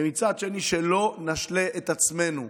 ומצד שני, שלא נשלה את עצמנו,